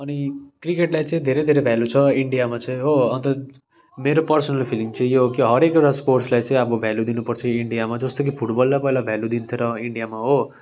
अनि क्रिकेटलाई चाहिँ धेरै धेरै भेल्यू छ इन्डियामा चाहिँ हो अन्त मेरो पर्सनल फिलिङ चाहिँ यो हो कि हरेक एउटा स्पोर्ट्सलाई चाहिँ अब भेल्यू दिनुपर्छ इन्डियामा जस्तो कि फुटबललाई पहिला भेल्यू दिँदैन थियो इन्डियामा हो